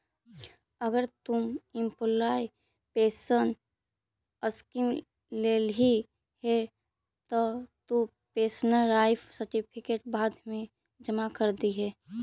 अगर तु employee pension scheme लेल्ही हे त तु पेंशनर लाइफ सर्टिफिकेट बाद मे जमा कर दिहें